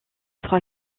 trois